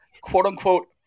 quote-unquote